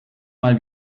mal